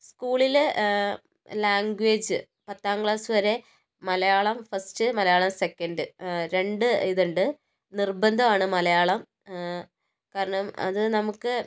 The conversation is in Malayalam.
സ്കൂളിൽ ലാംഗ്വേജ് പത്താം ക്ലാസ് വരെ മലയാളം ഫസ്റ്റ് മലയാളം സെക്കൻഡ് രണ്ട് ഇതുണ്ട് നിർബന്ധം ആണ് മലയാളം കാരണം അത് നമുക്ക്